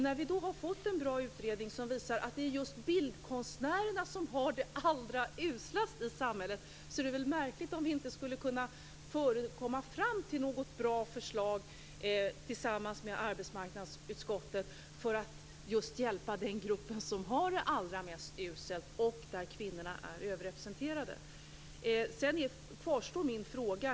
När vi nu har fått en bra utredning som visar att det just är bildkonstnärerna som har det allra uslast i samhället är det väl märkligt om vi inte skulle komma fram till något bra förslag tillsammans med arbetsmarknadsutskottet för att just hjälpa den grupp som har det allra mest uselt och där kvinnorna är överrepresenterade. Sedan kvarstår min fråga.